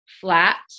flat